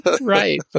Right